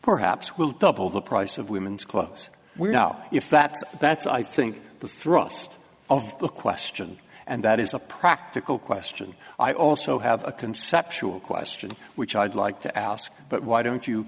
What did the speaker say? perhaps will double the price of women's clothes we're now if that's that's i think the thrust of the question and that is a practical question i also have a conceptual question which i'd like to ask but why don't you